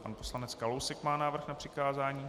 Pan poslanec Kalousek má návrh na přikázání.